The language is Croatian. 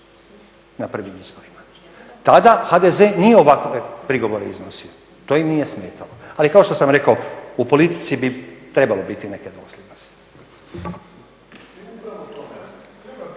na prvim izborima. Tada HDZ nije ovakve prigovore iznosio, to im nije smetalo ali kao što sam rekao u politici bi trebalo biti neke dosljednosti.